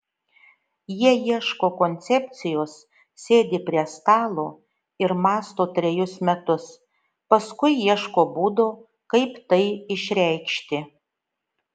jie ieško koncepcijos sėdi prie stalo ir mąsto trejus metus paskui ieško būdo kaip tai išreikšti